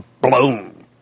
blown